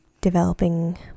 developing